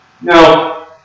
Now